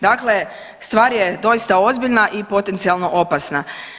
Dakle, stvar je doista ozbiljna i potencijalno opasna.